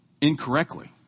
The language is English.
incorrectly